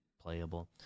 playable